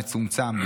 המצומצם,